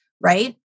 Right